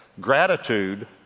Gratitude